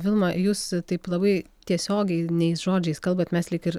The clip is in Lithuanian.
vilma jūs taip labai tiesiogiai niais žodžiais kalbat mes lyg ir